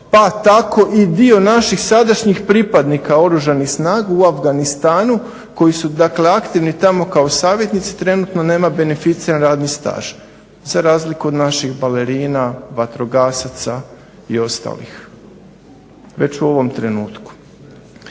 Pa tako i dio naših sadašnjih pripadnika Oružanih snaga u Afganistanu koji su dakle aktivni tamo kao savjetnici trenutno nema beneficiran radni staž za razliku od naših balerina, vatrogasaca i ostalih već u ovom trenutku.